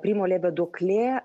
primo levio duoklė